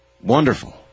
Wonderful